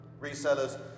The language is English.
resellers